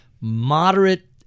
moderate